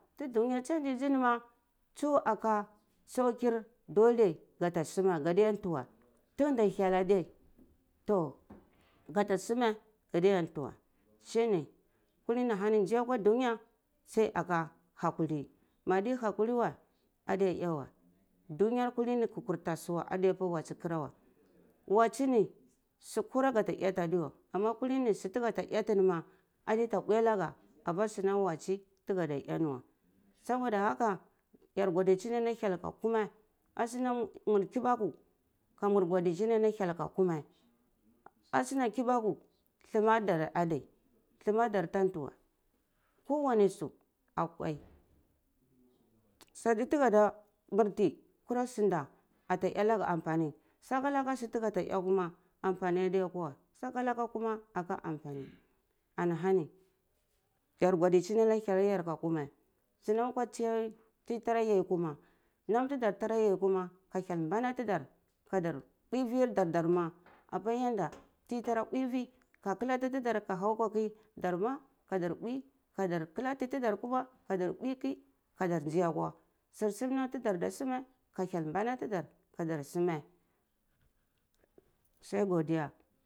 Ta duniye changyzy nima tsuh aka sauko dole gata sunyeh gadiya nteh weh tunda hyel adai toh gata sumeh gadiya nteh weh shine kulini ahani nziya akwa nduya sai aka hakur weh adiya eh weh dunyar kulini kutar ka suwa adai apa watse wa koma watsi ni su kura gate eti adiweh ama kulni su taga ta eti ni ma adiya ta mbuyanage aba sunam watsi taga da eh ni weh saboda haka yar godichini ana hyel ka kome ashina mur kibaku ka mur godichini ana hyel ka kome ashina kubaku thumar dar adeh thamadar tha nthi whei kowani su akwai su nam tagada murti kwa sunta ata enageh ampani saka khah sanda ta ga eh adiya eh ka amfani weh saka laka koma aka amfani ana hani yar godichi ai an hyeliyar ka komeh su nam akwa tsiyaweu kuma tiyi tara yai kuma nam ti dar tara yei kuma ka hyel mbana tidar ka da mbwai vir dar dar ma apa yanda ti tar mbwai vi ka kalati tatar ka hau akwa ki dar kuma ka dar mbwai ka dar kalati titar kuna kadar mbwai ki ka dar nzai akwa sursum ta dar da sumeh ka hyel mbana tadar kadar sumeh sai godiya.